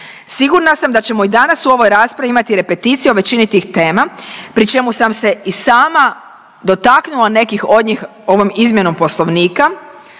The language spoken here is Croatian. Sigurna sam da ćemo i danas u ovoj raspravi imati repeticije o većini tih tema, pri čemu sam se i sama dotaknula nekih od njih ovom izmjenom Poslovnika,